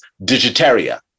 Digitaria